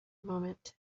moment